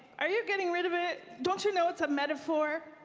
are you getting rid of it? don't you know it's a metaphor?